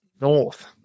North